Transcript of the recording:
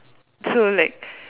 so like